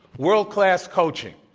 world-class coaching,